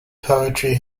poetry